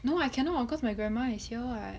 no I cannot cause my grandma is here [what]